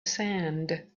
sand